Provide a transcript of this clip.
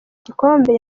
igikombe